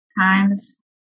Times